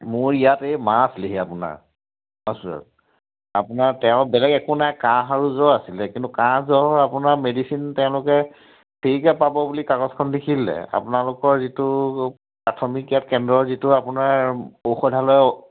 মোৰ ইয়াত এই মা আছিলেহি আপোনাৰ হস্পিটেলত আপোনাৰ তেওঁ বেলেগ একো নাই কাঁহ আৰু জ্বৰ আছিলে কিন্তু কাঁহ জ্বৰ আপোনাৰ মেডিচিন তেওঁলোকে ফ্ৰীকৈ পাব বুলি কাগজখন লিখি দিলে আপোনালোকৰ যিটো প্ৰাথমিক ইয়াত কেন্দ্ৰৰ যিটো আপোনাৰ ঔষধালয়